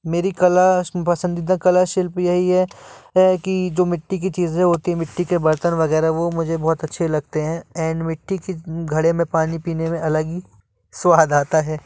मेरी कला पसंदीदा कला शिल्पी यही है कि जो मिट्टी की चीज़ें होती है मिट्टी के बर्तन वगैरह वो मुझे बहुत अच्छे लगते हैं एण्ड मिट्टी के घड़े में पानी पीने में अलग ही स्वाद आता है